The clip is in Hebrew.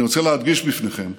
אני רוצה להדגיש בפניכם: